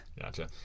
Gotcha